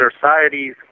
societies